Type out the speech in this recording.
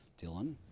Dylan